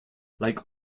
like